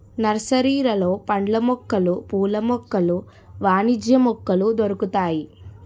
నర్సరీలలో పండ్ల మొక్కలు పూల మొక్కలు వాణిజ్య మొక్కలు దొరుకుతాయి